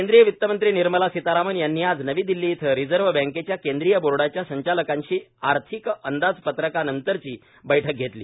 केंद्रीय वित्तमंत्री निर्मला सीतारामण यांनी आज नवी दिल्ली इथं रिजर्व्ह बँकेच्या केंद्रीय बोर्डाच्या संचालकांशी आर्थिक अंदाजपत्रकानंतरची बैठक घेतली